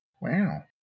Wow